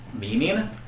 Meaning